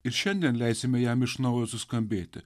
ir šiandien leisime jam iš naujo suskambėti